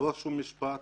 לא שום משפט